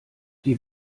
die